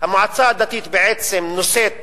המועצה הדתית בעצם נושאת